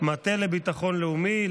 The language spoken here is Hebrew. המטה לביטחון לאומי,